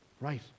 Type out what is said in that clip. Right